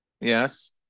yes